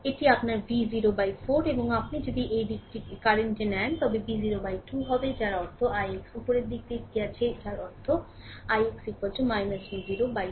সুতরাং এটি আপনার v 04 এবং আপনি যদি এই দিকটি কারেন্ট নেন তবে এটি V0 2 হবে যার অর্থ ix উপরের দিকে নিয়ে গেছে যার অর্থ ix V0 2